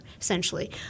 essentially